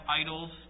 idols